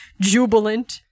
jubilant